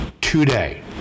today